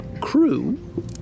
crew